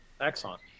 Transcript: Excellent